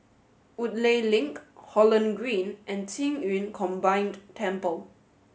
Woodleigh Link Holland Green and Qing Yun Combined Temple